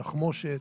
תחמושת,